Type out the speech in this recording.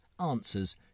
answers